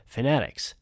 Fanatics